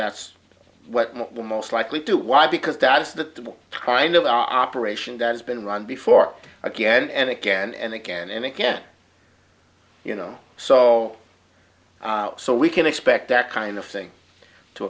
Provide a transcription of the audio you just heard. that's what will most likely do y because that's the price of the operation that has been run before again and again and again and again you know so so we can expect that kind of thing to